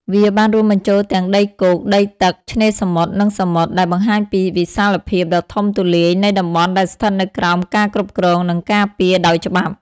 វាបានរួមបញ្ចូលទាំងដីគោក ដីទឹក ឆ្នេរសមុទ្រ និងសមុទ្រ ដែលបង្ហាញពីវិសាលភាពដ៏ធំទូលាយនៃតំបន់ដែលស្ថិតនៅក្រោមការគ្រប់គ្រង និងការពារដោយច្បាប់។